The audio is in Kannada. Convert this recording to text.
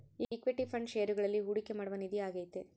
ಇಕ್ವಿಟಿ ಫಂಡ್ ಷೇರುಗಳಲ್ಲಿ ಹೂಡಿಕೆ ಮಾಡುವ ನಿಧಿ ಆಗೈತೆ